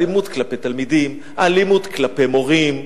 האלימות כלפי תלמידים, האלימות כלפי מורים,